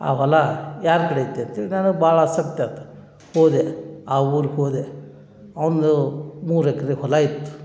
ಆ ಹೊಲ ಯಾರ ಕಡೆ ಐತಿ ಅಂಥೇಳಿ ನನಗೆ ಭಾಳ ಆಸಕ್ತಿ ಆತ ಹೋದೆ ಆ ಊರ್ಗೆ ಹೋದೆ ಒಂದು ಮೂರು ಎಕರೆ ಹೊಲ ಇತ್ತು